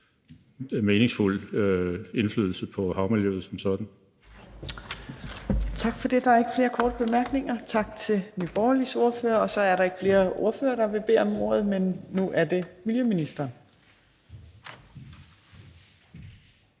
næstformand (Trine Torp): Tak for det. Der er ikke flere korte bemærkninger. Tak til Nye Borgerliges ordfører. Så er der ikke flere ordførere, der vil bede om ordet, så nu er det miljøministeren.